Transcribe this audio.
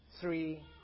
three